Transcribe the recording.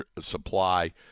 supply